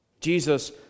Jesus